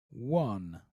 one